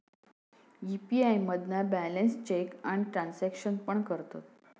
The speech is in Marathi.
यी.पी.आय मधना बॅलेंस चेक आणि ट्रांसॅक्शन पण करतत